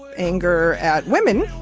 anger at women,